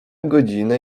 godzinę